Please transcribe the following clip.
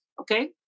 okay